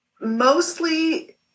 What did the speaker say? mostly